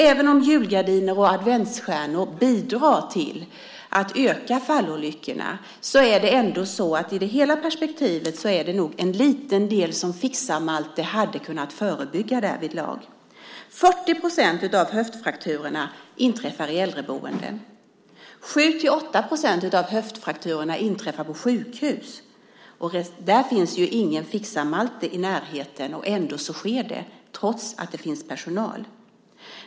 Även om julgardiner och adventsstjärnor bidrar till att fallolyckorna ökar, är det nog i det hela perspektivet en liten del som Fixar-Malte hade kunnat förebygga därvidlag. 40 % av höftfrakturerna inträffar i äldreboenden. 7-8 % av höftfrakturerna inträffar på sjukhus, där det inte finns någon Fixar-Malte i närheten, trots att det finns personal.